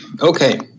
Okay